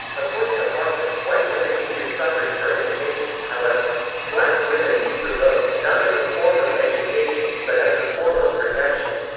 according to harper, white women needed suffrage for education however, black women need the vote, not as a form of education, but as a form of protection.